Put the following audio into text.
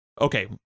Okay